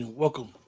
Welcome